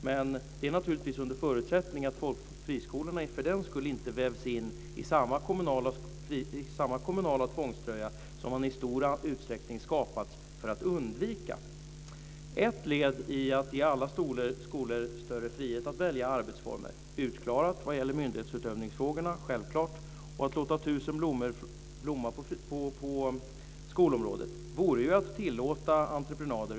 Men det är naturligtvis under förutsättning att friskolorna för den skull inte vävs in i samma kommunala tvångströja som de i stor utsträckning skapats för att undvika. Ett led i att ge alla skolor större frihet att välja arbetsformer, självklart utklarade vad gäller myndighetsutövnigsfrågorna, och att låta tusen blommor blomma på skolområdet vore ju att tillåta entreprenader.